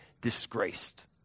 disgraced